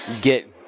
get